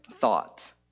thought